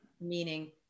meaning